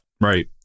Right